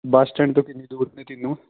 ਬਸ stand ਤੋਂ ਕਿੰਨੀ ਦੂਰ ਨੇ ਤਿੰਨੋਂ